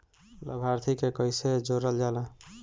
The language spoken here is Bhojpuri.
लभार्थी के कइसे जोड़ल जाला?